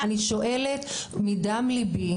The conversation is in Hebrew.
אני שואלת מדם ליבי,